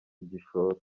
igishoro